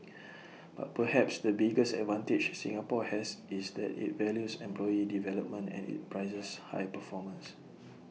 but perhaps the biggest advantage Singapore has is that IT values employee development and IT prizes high performance